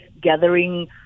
gathering